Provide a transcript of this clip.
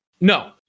No